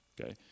okay